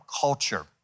culture